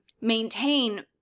maintain